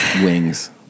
wings